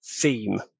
theme